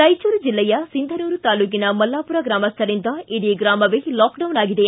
ರಾಯಚೂರು ಜಿಲ್ಲೆಯ ಸಿಂಧನೂರು ತಾಲೂಕಿನ ಮಲ್ಲಾಪುರ ಗ್ರಾಮಸ್ವರಿಂದ ಇಡೀ ಗ್ರಾಮವೇ ಲಾಕ್ಡೌನ್ ಆಗಿದೆ